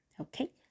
Okay